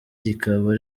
rikaba